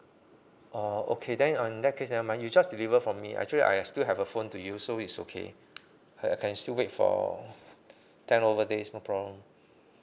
oh okay then on that case nevermind you just deliver for me actually I I still have a phone to use so it's okay I I can still wait for ten over days no problem